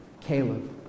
Caleb